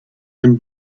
and